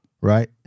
Right